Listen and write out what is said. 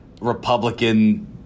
Republican